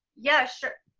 yeah, sure.